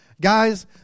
Guys